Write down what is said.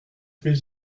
faits